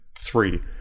three